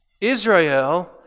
Israel